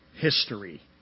history